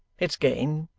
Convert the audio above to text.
it's gain